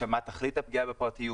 לשם מה התכלית של הפגיעה בפרטיות.